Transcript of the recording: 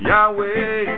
Yahweh